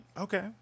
Okay